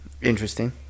Interesting